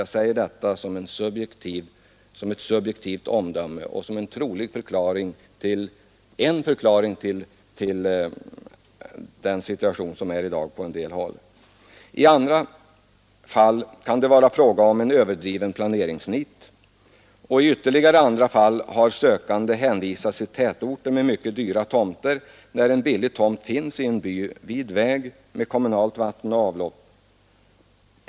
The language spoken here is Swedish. Jag säger detta som ett subjektivt omdöme och som en trolig förklaring till den situation som i dag råder på en del håll. I andra fall kan det ha varit fråga om överdrivet planeringsnit, och i ytterligare andra fall har sökande hänvisats till tätorter med mycket dyra tomter — när det samtidigt funnits billig tomt i en by vid väg och med kommunalt vatten och avlopp.